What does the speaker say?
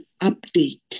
update